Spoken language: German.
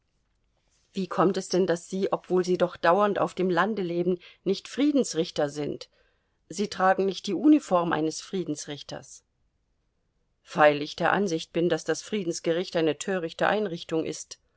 wie kommt es denn daß sie obwohl sie doch dauernd auf dem lande leben nicht friedensrichter sind sie tragen nicht die uniform eines friedensrichters weil ich der ansicht bin daß das friedensgericht eine törichte einrichtung ist